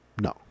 No